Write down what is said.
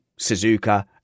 Suzuka